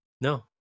No